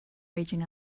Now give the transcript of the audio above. raging